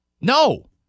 No